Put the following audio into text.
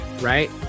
right